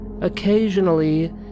Occasionally